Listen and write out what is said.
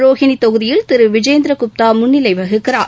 ரோஹினி தொகுதியில் திரு விஜேந்திரகுப்தா முன்னிலை வகிக்கிறார்